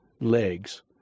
legs